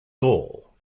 goal